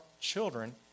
children